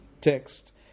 text